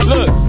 Look